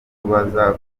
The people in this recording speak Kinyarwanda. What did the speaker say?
kubaza